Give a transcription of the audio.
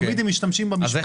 תמיד הם משתמשים במשפט הזה.